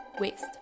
waste